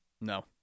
No